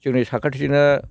जोंनि साखाथिजोंनो